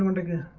and and